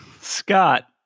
Scott